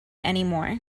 anymore